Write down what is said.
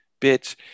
bitch